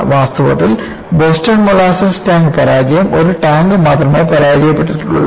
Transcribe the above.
വാസ്തവത്തിൽ Boston molasses tank പരാജയം ഒരു ടാങ്ക് മാത്രമേ പരാജയപ്പെട്ടിട്ടുള്ളൂ